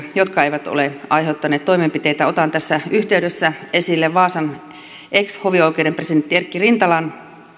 jotka eivät ole aiheuttaneet toimenpiteitä otan tässä yhteydessä esille vaasan ex hovioikeuden presidentti erkki rintalan